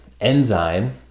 enzyme